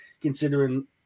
considering